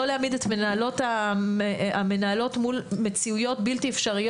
לא להעמיד את מנהלות מול מציאויות בלתי אפשריות